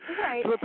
right